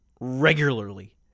regularly